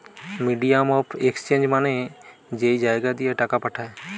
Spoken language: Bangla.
মিডিয়াম অফ এক্সচেঞ্জ মানে যেই জাগা দিয়ে টাকা পাঠায়